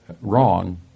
wrong